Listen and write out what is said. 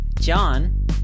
John